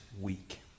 week